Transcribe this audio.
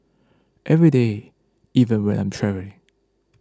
every day even when I'm travelling